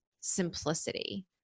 simplicity